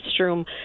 restroom